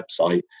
website